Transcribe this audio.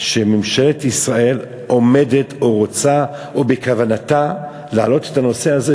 שממשלת ישראל עומדת או רוצה או בכוונתה להעלות את הנושא הזה,